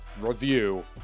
review